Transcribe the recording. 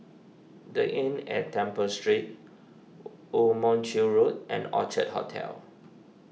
the Inn at Temple Street Woo Mon Chew Road and Orchard Hotel